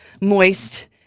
moist